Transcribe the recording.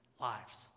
lives